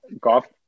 golf